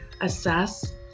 assess